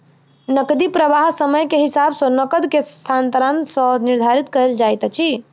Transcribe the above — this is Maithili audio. नकदी प्रवाह समय के हिसाब सॅ नकद के स्थानांतरण सॅ निर्धारित कयल जाइत अछि